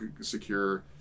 secure